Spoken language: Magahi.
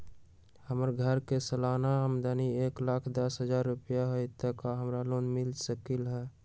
हमर घर के सालाना आमदनी एक लाख दस हजार रुपैया हाई त का हमरा लोन मिल सकलई ह?